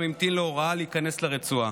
ושם המתין להוראה להיכנס לרצועה.